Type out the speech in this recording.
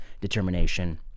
Determination